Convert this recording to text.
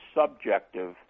subjective